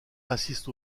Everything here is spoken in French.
assistent